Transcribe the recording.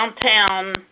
downtown